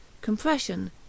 compression